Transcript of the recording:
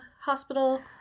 hospital